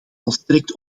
volstrekt